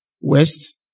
West